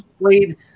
played